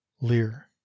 Lear